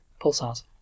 pulsars